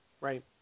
right